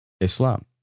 Islam